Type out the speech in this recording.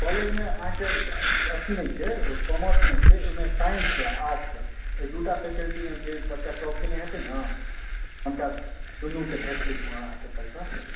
कॉलेजमे अहाँके अथि नहि छै कॉमर्स नहि छै ओहिमे साइंसके आर्टके अइ दू टा फेकल्टीमे जे बच्चा टॉप कयने हेतै ने हुनका दुनूके भेटतै अहाँके पैसा